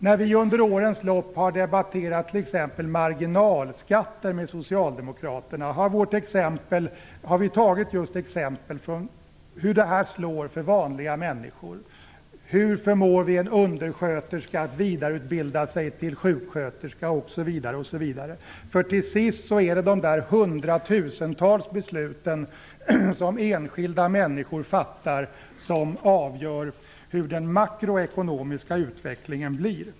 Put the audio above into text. När vi under årens lopp har debatterat t.ex. marginalskatter med socialdemokraterna har vi tagit som exempel hur de slår för vanliga människor, hur vi förmår en undersköterska att vidareutbilda sig en sjuksköterska osv. Till sist är det de hundratusentals beslut som enskilda människor fattar som avgör hur den makroekonomiska utvecklingen blir.